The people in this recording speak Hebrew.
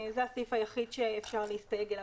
זה הסעיף היחיד שאפשר להסתייג עליו.